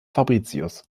fabricius